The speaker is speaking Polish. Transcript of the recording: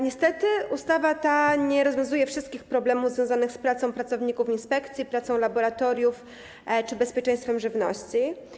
Niestety ta ustawa nie rozwiązuje wszystkich problemów związanych z pracą pracowników inspekcji, pracą laboratoriów czy z bezpieczeństwem żywności.